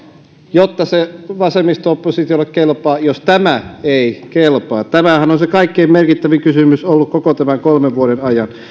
jotta se vasemmisto oppositiolle kelpaa jos tämä ei kelpaa tämähän on se kaikkein merkittävin kysymys ollut koko tämän kolmen vuoden ajan